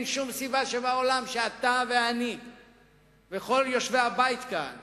אין שום סיבה שבעולם שאתה ואני וכל יושבי הבית כאן